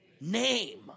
name